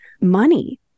money